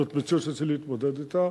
זו מציאות שצריך להתמודד אתה,